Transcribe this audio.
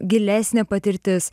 gilesnė patirtis